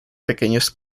pequeños